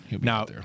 Now